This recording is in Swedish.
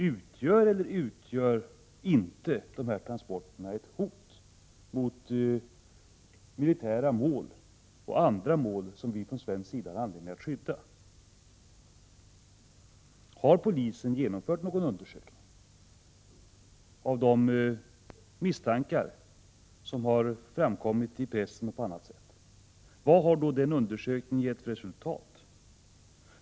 Utgör eller utgör inte de här transporterna ett hot mot militära och andra mål som vi från svensk sida har anledning att skydda? Har polisen genomfört någon undersökning av de misstankar som har framkommit i pressen och på annat sätt? Vad har den undersökningen gett för resultat?